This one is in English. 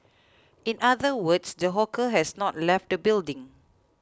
in other words the hawker has not left the building